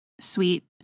sweet